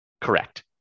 Correct